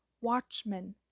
watchmen